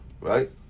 right